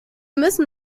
müssen